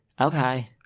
Okay